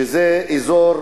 שזה אזור